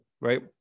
right